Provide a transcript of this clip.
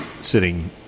sitting